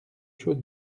chose